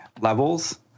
levels